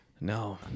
No